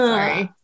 Sorry